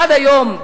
עד היום,